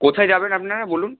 কোথায় যাবেন আপনারা বলুন